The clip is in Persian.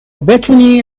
بتونی